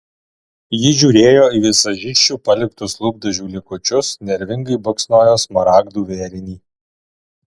ji žiūrėjo į vizažisčių paliktus lūpdažių likučius nervingai baksnojo smaragdų vėrinį